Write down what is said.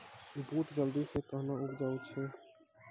बूट जल्दी से कहना उपजाऊ छ?